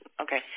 okay